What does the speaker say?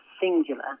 singular